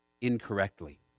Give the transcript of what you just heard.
incorrectly